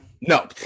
No